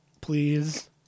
please